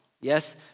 Yes